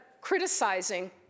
criticizing